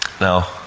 Now